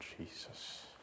Jesus